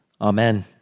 Amen